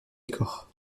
décors